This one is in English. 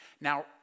Now